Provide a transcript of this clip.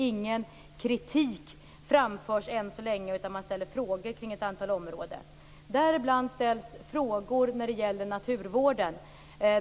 Ingen kritik framförs än så länge, utan man ställer frågor kring ett antal områden. Däribland ställs frågor när det gäller naturvården.